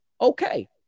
Okay